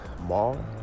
Mall